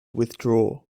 withdraw